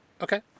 okay